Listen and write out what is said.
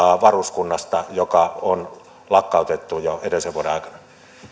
varuskunnasta joka on lakkautettu jo edellisen vuoden aikana